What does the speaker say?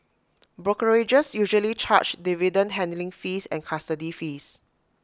brokerages usually charge dividend handling fees and custody fees